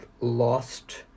lost